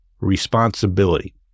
responsibility